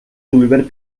julivert